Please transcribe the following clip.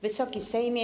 Wysoki Sejmie!